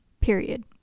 period